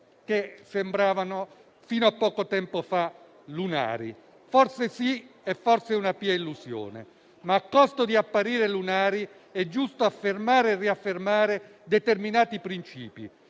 che sembravano fino a poco tempo fa lunari. Forse sì, o forse è una pia illusione. Ma a costo di apparire lunari è giusto affermare e riaffermare determinati principi.